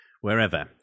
wherever